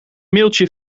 mailtje